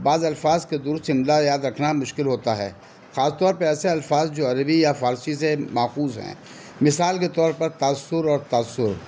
بعض الفاظ کے درست املا یاد رکھنا مشکل ہوتا ہے خاص طور پر ایسے الفاظ جو عربی یا فارسی سے ماخوذ ہیں مثال کے طور پر تأثر اور تأثر